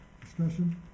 Discussion